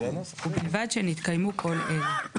ובלבד שנתקיימו כל אלה: